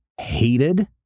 hated